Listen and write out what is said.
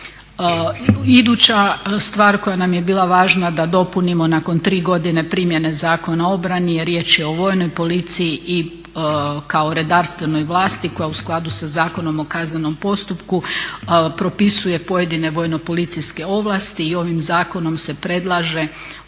Iduća stvar koja nam je bila važna da dopunimo nakon 3 godine primjene Zakona o obrani, riječ je o Vojnoj polici kao redarstvenoj vlasti koja u skladu sa Zakonom o kaznenom postupku propisuje pojedine vojno policijske ovlasti i ovim zakonom se predlaže